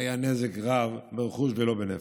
היה נזק רב ברכוש ולא בנפש.